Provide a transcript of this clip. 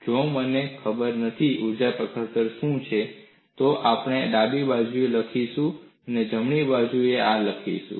જો મને ખબર નથી કે ઊર્જા પ્રકાશન દર શું છે તો આપણે આ ડાબી બાજુએ લખીશું અને જમણી બાજુએ આ લખીશું